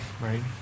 right